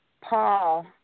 Paul